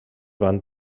van